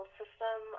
system